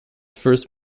first